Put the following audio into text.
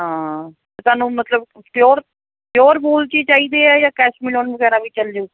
ਹਾਂ ਤੁਹਾਨੂੰ ਮਤਲਬ ਪਿਓਰ ਪਿਓਰ ਵੂਲ 'ਚ ਹੀ ਚਾਹੀਦੇ ਆ ਜਾਂ ਕੈਸ਼ਮਿਲਾਨ ਵਗੈਰਾ ਵੀ ਚੱਲ ਜੂ